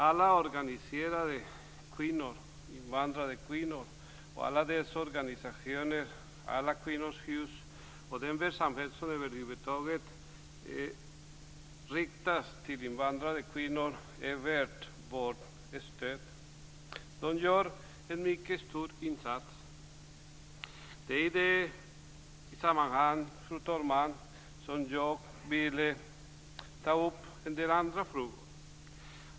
Alla de invandrade kvinnornas organisationer, Alla Kvinnors Hus och all den verksamhet som över huvud taget riktas mot invandrade kvinnor är värda vårt stöd. De gör en mycket stor insats. Det är i det sammanhanget, fru talman, som jag vill ta upp en del andra frågor.